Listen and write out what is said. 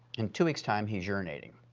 in two weeks' time he's urinating.